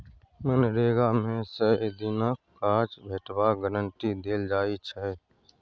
मनरेगा मे सय दिनक काज भेटबाक गारंटी देल जाइ छै